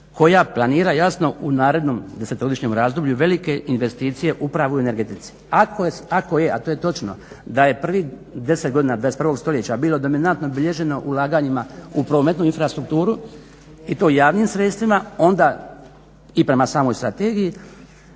koja planira u narednom desetogodišnjem razdoblju velike investicije upravo u energetici. Ako je a to je točno da je prvih deset godina 21.stoljeća bilo dominantno obilježeno ulaganjima u prometnu infrastrukturu i to javnim sredstvima i prema samoj strategiji